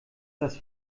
das